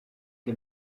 che